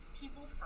people